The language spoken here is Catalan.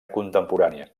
contemporània